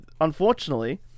Unfortunately